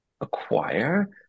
acquire